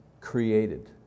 created